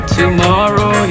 tomorrow